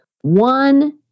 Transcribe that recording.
one